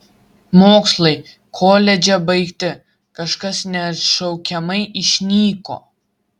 mokslai koledže baigti kažkas neatšaukiamai išnyko